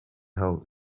held